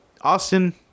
Austin